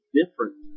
different